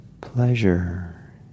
pleasure